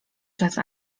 czas